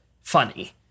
funny